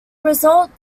result